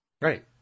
Right